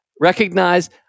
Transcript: recognize